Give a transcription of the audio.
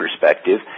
perspective